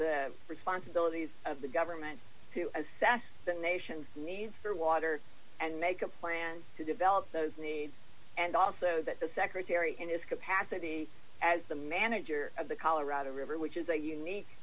the responsibilities of the government and that the nation needs for water and make a plan to develop those needs and also that the secretary in his capacity as the manager of the colorado river which is a unique